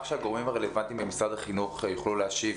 שהגורמים הרלוונטיים במשרד החינוך יוכלו להשיב.